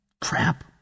Crap